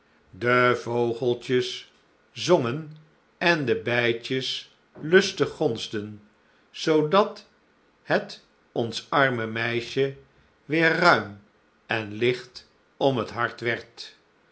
de vogeltjes zongen en de bijtjes lustig gonsden zoodat het ons arme meisje j j a goeverneur oude sprookjes weêr ruim en ligt om het hart werd